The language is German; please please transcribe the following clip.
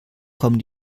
kommen